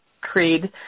creed